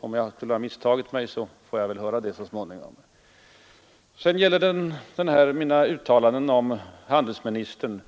Om jag skulle ha misstagit mig, får jag väl höra det så småningom. Sedan gäller det mina uttalanden om handelsministern.